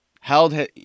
Held